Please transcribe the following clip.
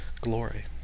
glory